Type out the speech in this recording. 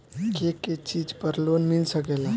के के चीज पर लोन मिल सकेला?